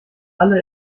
alle